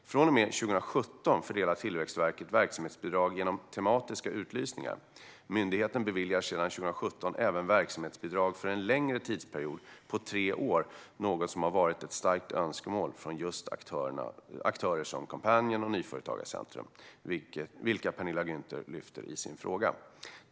Från och med 2017 fördelar Tillväxtverket verksamhetsbidrag genom tematiska utlysningar. Myndigheten beviljar sedan 2017 även verksamhetsbidragen för en längre tidsperiod på tre år, något som varit ett starkt önskemål från just aktörer som Coompanion och Nyföretagarcentrum, vilka Penilla Gunther lyfter i sin interpellation.